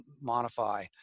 modify